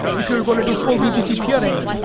if you were going to do full vpc peering,